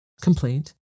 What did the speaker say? Complaint